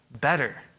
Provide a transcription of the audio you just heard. better